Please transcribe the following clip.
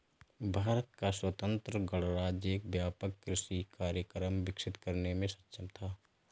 भारत का स्वतंत्र गणराज्य एक व्यापक कृषि कार्यक्रम विकसित करने में सक्षम था